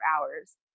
hours